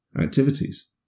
activities